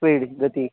speed गती